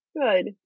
Good